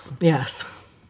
Yes